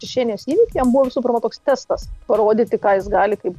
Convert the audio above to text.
čečėnijos įvykiai jam buvo visų pirmą toks testas parodyti ką jis gali kaip